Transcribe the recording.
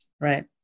right